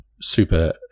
super